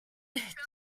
just